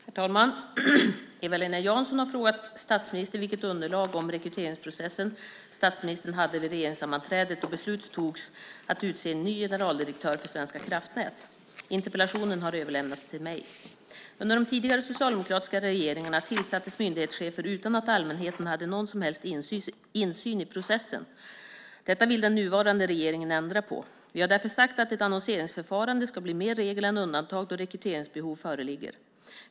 Herr talman! Eva-Lena Jansson har frågat statsministern vilket underlag om rekryteringsprocessen statsministern hade vid regeringssammanträdet då beslut togs om att utse en ny generaldirektör för Affärsverket svenska kraftnät. Interpellationen har överlämnats till mig. Under de tidigare socialdemokratiska regeringarna tillsattes myndighetschefer utan att allmänheten hade någon som helst insyn i processen. Detta vill den nuvarande regeringen ändra på. Vi har därför sagt att ett annonseringsförfarande ska bli mer regel än undantag då rekryteringsbehov föreligger.